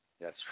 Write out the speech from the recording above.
Yes